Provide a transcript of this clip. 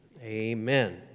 amen